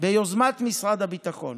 ביוזמת משרד הביטחון.